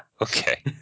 Okay